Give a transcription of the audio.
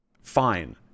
fine